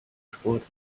sport